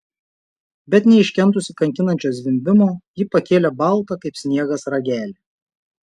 bet neiškentusi kankinančio zvimbimo ji pakėlė baltą kaip sniegas ragelį